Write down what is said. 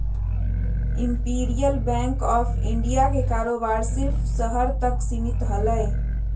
imperial bank of India के कारोबार सिर्फ़ शहर तक सीमित हलय